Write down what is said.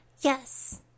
Yes